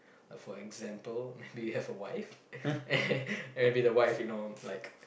uh for example maybe you have a wife and maybe the wife you know like